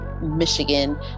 Michigan